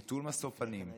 נטול משוא פנים,